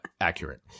Accurate